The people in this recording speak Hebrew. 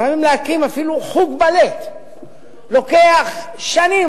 לפעמים להקים אפילו חוג בלט לוקח שנים